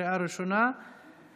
לוועדת העבודה והרווחה